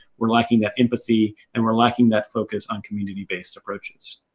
we're lacking that empathy, and we're lacking that focus on community-based approaches.